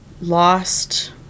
lost